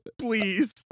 please